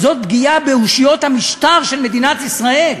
זו פגיעה באושיות המשטר של מדינת ישראל.